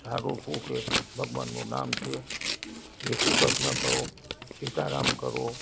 સારું શું છે ભગવાનનું નામ છે જયશ્રી કૃષ્ણ કરો સીતારામ કરો